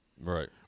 Right